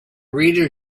reader